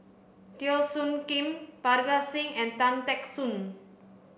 Teo Soon Kim Parga Singh and Tan Teck Soon